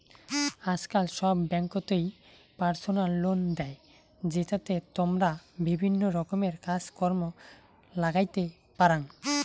আজকাল সব ব্যাঙ্ককোতই পার্সোনাল লোন দেই, জেতাতে তমরা বিভিন্ন রকমের কাজ কর্ম লাগাইতে পারাং